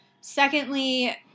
Secondly